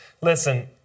Listen